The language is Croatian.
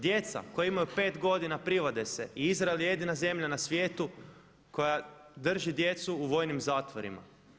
Djeca koja imaju 5 godina privode se i Izrael je jedina zemlja na svijetu koja drži djecu u vojnim zatvorima.